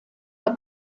der